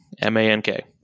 M-A-N-K